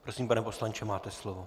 Prosím, pane poslanče, máte slovo.